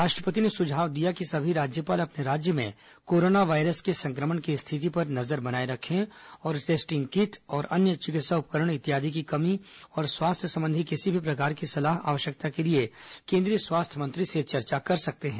राष्ट्रपति ने सुझाव दिया कि सभी राज्यपाल अपने राज्य में कोरोना वायरस के संक्रमण की स्थिति पर नजर बनाए रखें और टेस्टिंग किट और अन्य चिकित्सा उपकरण इत्यादि की कमी और स्वास्थ्य संबंधी किसी भी प्रकार की सलाह आवष्यकता के लिए केन्द्रीय स्वास्थ्य मंत्री से चर्चा कर सकते हैं